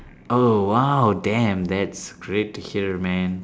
oh !wow! damn that's great to hear man